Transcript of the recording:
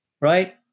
right